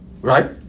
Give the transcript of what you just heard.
right